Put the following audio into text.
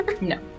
No